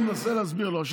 מנסה להפיל לך את הממשלה,